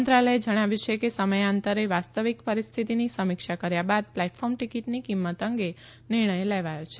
મંત્રાલયે જણાવ્યું છે કે સમયાંતરે વાસ્તવિક પરિસ્થિતિની સમીક્ષા કર્યા બાદ પ્લેટફોર્મ ટીકીટની કિંમત અંગે નિર્ણય લેવાયો છે